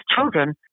children